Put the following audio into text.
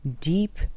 deep